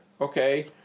okay